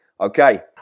Okay